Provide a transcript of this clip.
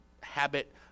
habit